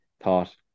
thought